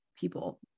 people